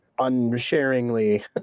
unsharingly